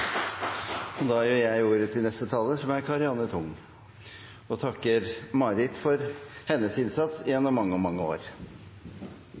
Da gir jeg ordet til neste taler, som er Karianne O. Tung, og takker Marit for hennes innsats gjennom mange, mange år!